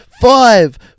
Five